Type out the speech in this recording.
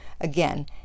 again